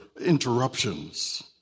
interruptions